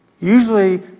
Usually